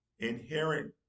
inherent